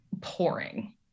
pouring